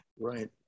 Right